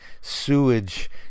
sewage